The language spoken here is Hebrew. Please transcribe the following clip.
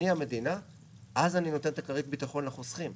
אני המדינה אז אני נותנת את כרית הביטחון לחוסכים.